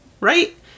right